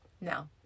No